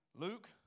Luke